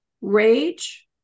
rage